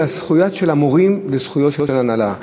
אלא זכויות של המורים וזכויות של ההנהלה.